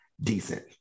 decent